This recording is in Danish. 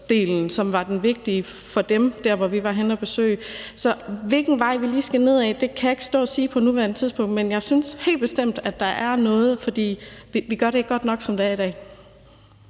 som var det vigtige. Så hvilken vej vi lige skal ned ad, kan jeg ikke stå og sige på nuværende tidspunkt, men jeg synes helt bestemt, at der skal gøres noget, for vi gør det ikke godt nok, som det er i dag.